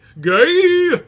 gay